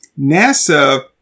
NASA